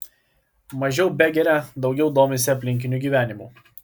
mažiau begeria daugiau domisi aplinkiniu gyvenimu